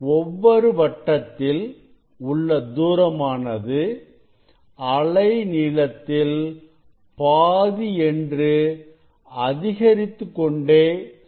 ஒவ்வொரு வட்டத்தில் உள்ள தூரம் ஆனது அலைநீளத்தில் பாதி என்று அதிகரித்துக் கொண்டே செல்கிறது